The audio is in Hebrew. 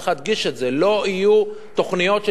צריך להדגיש את זה: לא יהיו תוכניות של